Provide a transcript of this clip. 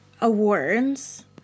awards